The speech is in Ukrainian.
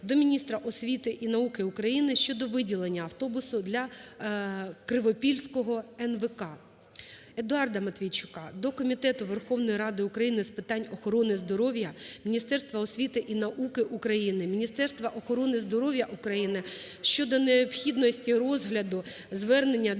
до міністра освіти і науки України щодо виділення автобуса дляКривопільського НВК. Едуарда Матвійчука до Комітету Верховної Ради України з питань охорони здоров'я, Міністерства освіти і науки України, Міністерства охорони здоров'я України щодо необхідності розгляду звернення